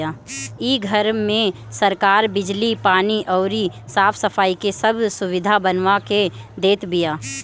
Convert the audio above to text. इ घर में सरकार बिजली, पानी अउरी साफ सफाई के सब सुबिधा बनवा के देत बिया